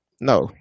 no